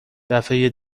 دفعه